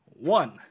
One